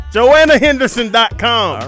JoannaHenderson.com